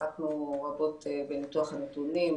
עסקנו רבות בניתוח הנתונים,